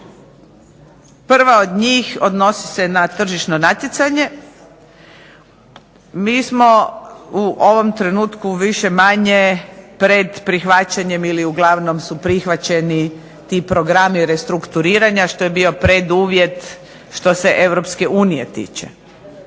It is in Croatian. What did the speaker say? Prva od njih odnosi se na Tržišno natjecanje. Mi smo u ovom trenutku više-manje pred prihvaćanjem ili uglavnom su prihvaćeni ti programi restrukturiranja što je bio preduvjet što se EU tiče.